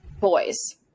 boys